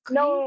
no